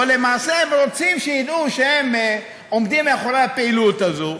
או שלמעשה הם רוצים שידעו שהם עומדים מאחורי הפעילות הזאת,